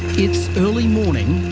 it's early morning,